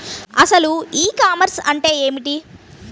అసలు ఈ కామర్స్ అంటే ఏమిటి?